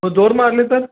मग जोर मारले तर